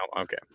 okay